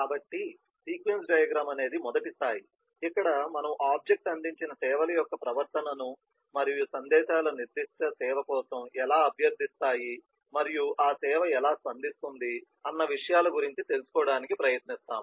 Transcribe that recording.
కాబట్టి sequence diagram అనేది మొదటి స్థాయి ఇక్కడ మనము ఆబ్జెక్ట్ అందించిన సేవల యొక్క ప్రవర్తనను మరియు సందేశాలు నిర్దిష్ట సేవ కోసం ఎలా అభ్యర్థిస్తాయి మరియు ఆ సేవ ఎలా స్పందిస్తుంది అన్న విషయాల గురించి తెలుసుకోవడానికి ప్రయత్నిస్తాము